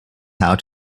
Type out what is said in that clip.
how